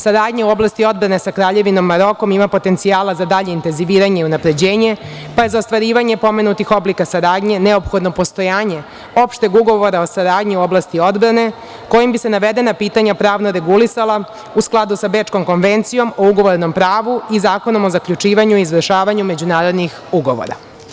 Saradnja u oblasti odbrane sa Kraljevinom Marokom ima potencijala za dalji intenziviranje i unapređenje, pa je za ostvarivanje pomenutih oblika saradnje neophodno postojanje opšteg ugovora o saradnji u oblasti odbrane, kojim bi se navedena pitanja pravno regulisala u skladu sa Bečkom konvencijom o ugovorenom pravu i Zakonom o zaključivanju i izvršavanju međunarodnih ugovora.